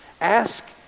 Ask